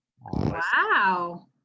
Wow